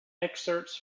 excerpts